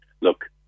look